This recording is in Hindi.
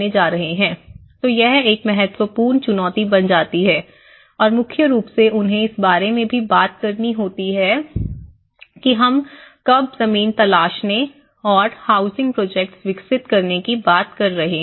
तो यह एक महत्वपूर्ण चुनौती बन जाती है और मुख्य रूप से उन्हें इस बारे में भी बात करनी होती है कि हम कब जमीन तलाशने और हाउसिंग प्रोजेक्ट विकसित करने की बात कर रहे हैं